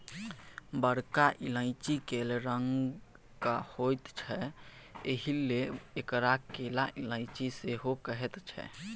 बरका इलायची कैल रंगक होइत छै एहिलेल एकरा कैला इलायची सेहो कहैत छैक